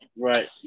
Right